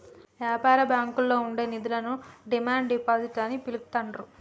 యాపార బ్యాంకుల్లో ఉండే నిధులను డిమాండ్ డిపాజిట్ అని పిలుత్తాండ్రు